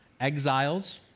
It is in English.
Exiles